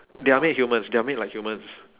they are made humans they are made like humans